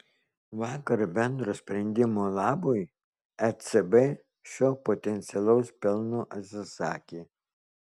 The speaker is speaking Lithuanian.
vakar bendro sprendimo labui ecb šio potencialaus pelno atsisakė